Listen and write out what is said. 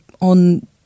on